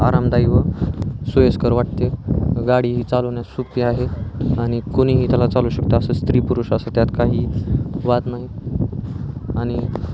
आरामदायी व सोयीस्कर वाटते गाडी ही चालवण्यास सोपी आहे आणि कोणीही त्याला चालवू शकते असं स्त्री पुरुष असं त्यात काही वाद नाही आणि